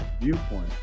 viewpoint